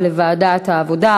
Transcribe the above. לדיון מוקדם בוועדת העבודה,